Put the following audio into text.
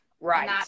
right